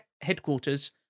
headquarters